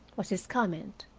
was his comment.